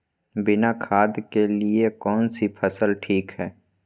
बिना खाद के लिए कौन सी फसल ठीक है?